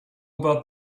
about